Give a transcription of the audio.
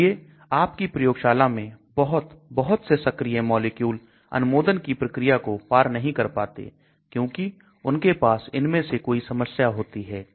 इसलिए आप की प्रयोगशाला में बहुत बहुत से सक्रिय मॉलिक्यूल अनुमोदन की प्रक्रिया को पार नहीं कर पाते क्योंकि उनके पास इनमें से कोई समस्या होती है